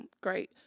great